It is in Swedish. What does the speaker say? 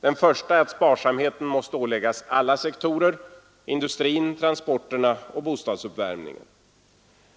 Den första huvudregeln är att sparsamhet måste åläggas alla sektorer — industrin, transporterna och bostadsuppvärmningen.